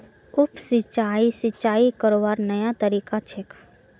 उप सिंचाई, सिंचाई करवार नया तरीका छेक